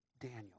Daniel